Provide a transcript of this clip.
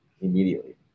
immediately